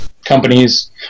Companies